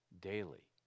daily